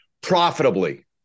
profitably